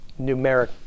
numeric